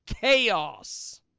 chaos